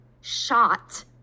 shot